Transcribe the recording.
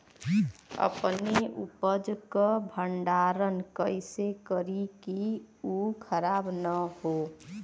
अपने उपज क भंडारन कइसे करीं कि उ खराब न हो?